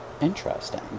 Interesting